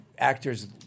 Actors